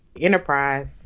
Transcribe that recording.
Enterprise